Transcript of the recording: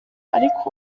ariko